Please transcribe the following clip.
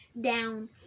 down